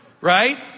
right